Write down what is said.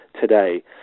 today